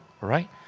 right